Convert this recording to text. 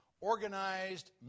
organized